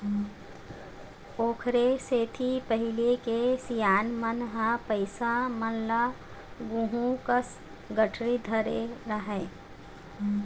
ओखरे सेती पहिली के सियान मन ह पइसा मन ल गुहूँ कस गठरी धरे रहय